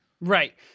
Right